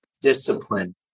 discipline